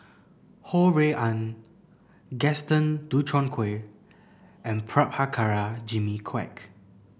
Ho Rui An Gaston Dutronquoy and Prabhakara Jimmy Quek